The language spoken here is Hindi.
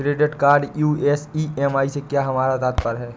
क्रेडिट कार्ड यू.एस ई.एम.आई से हमारा क्या तात्पर्य है?